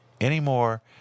anymore